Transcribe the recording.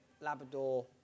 Labrador